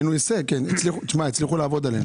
כן, הצליחו לעבוד עלינו.